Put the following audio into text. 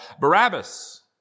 Barabbas